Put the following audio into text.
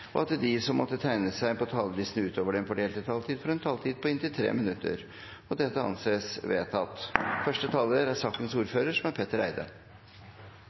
og at de som måtte tegne seg på talerlisten utover den fordelte taletid, får en taletid på inntil 3 minutter. – Det anses vedtatt. Vi har hatt en velfungerende våpenlov i mer enn 50 år, men som